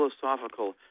philosophical